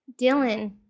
Dylan